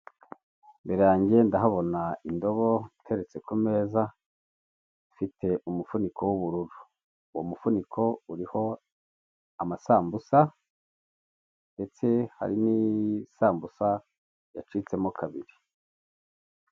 Imbere yanjye ndahabona indobo iteretse ku meza mfite umufuniko w'ubururu, uwo mufuniko uriho amasambusa, ndetse hari n'isambusa yacitsemo kabiri.